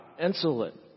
insolent